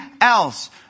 else